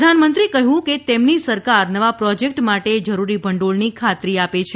પ્રધાનમંત્રીએ કહ્યું કે તેમની સરકાર નવા પ્રોજેક્ટ્સ માટે જરૂરી ભંડોળની ખાતરી આપી છે